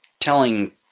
telling